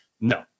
No